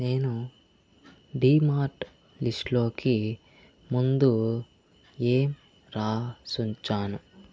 నేను డీమార్ట్ లిస్ట్లోకి ముందూ ఏం వ్రాసి ఉంచాను